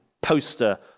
Poster